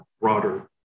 broader